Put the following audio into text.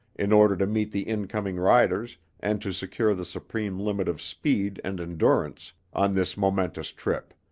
in order to meet the incoming riders and to secure the supreme limit of speed and endurance on this momentous trip.